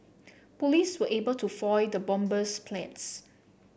police were able to foil the bomber's plans